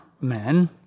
men